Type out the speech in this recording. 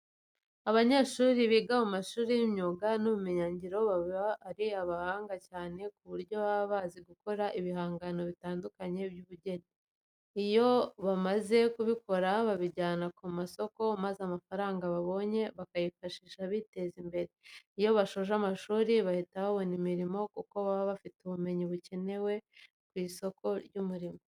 Abanyeshuri biga mu mashuri y'imyuga n'ubumenyingiro baba ari abahanga cyane ku buryo baba bazi gukora ibihangano bitandukanye by'ubugeni. Iyo bamaze kubikora babijyana ku masoko maza amafaranga babonye bakayifashisha biteza imbere. Iyo basoje amashuri bahita babona imirimo kuko baba bafite ubumenyi bukenewe ku isoko ry'umurimo.